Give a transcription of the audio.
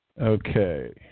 Okay